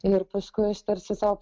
ir paskui aš tarsi sau